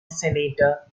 senator